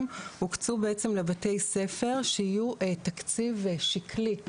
הוקצו בעצם לבתי ספר שיהיו תקציב שקלי.